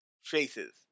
faces